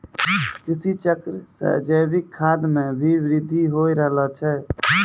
कृषि चक्र से जैविक खाद मे भी बृद्धि हो रहलो छै